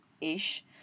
ish